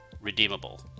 redeemable